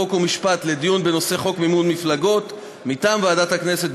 חוק ומשפט לדיון בחוק מימון מפלגות: מטעם ועדת הכנסת,